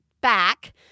back